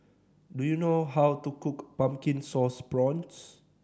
do you know how to cook Pumpkin Sauce Prawns